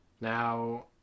Now